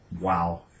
Wow